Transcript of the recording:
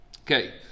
Okay